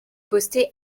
posté